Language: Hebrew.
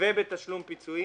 ובתשלום פיצויים